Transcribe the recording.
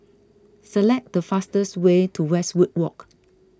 select the fastest way to Westwood Walk